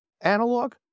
analog